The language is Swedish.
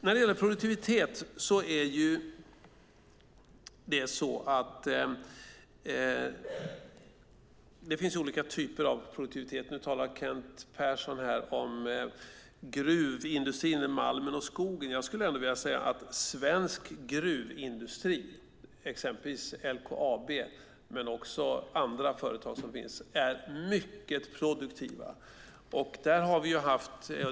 När det gäller produktivitet är det ju så att det finns olika typer av produktivitet. Nu talar Kent Persson om gruvindustrin, malmen och skogen. Jag skulle ändå vilja säga att svensk gruvindustri, exempelvis LKAB, men också andra företag, är mycket produktiv.